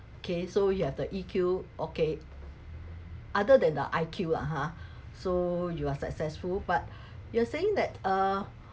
okay so you have the E_Q okay other than the I_Q lah ha so you are successful but you're saying that uh